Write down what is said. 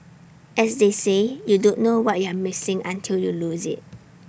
as they say you don't know what you're missing until you lose IT